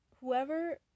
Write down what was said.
Whoever